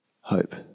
hope